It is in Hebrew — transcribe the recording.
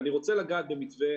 אני רוצה לגעת במתווה